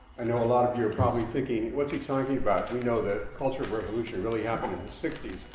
i know a lot of you're probably thinking, what's he talking about? we know the cultural revolution really happened in the sixty